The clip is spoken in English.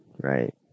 right